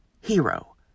hero